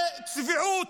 זה צביעות,